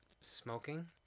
smoking